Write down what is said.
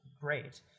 Great